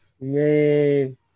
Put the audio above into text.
Man